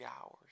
hours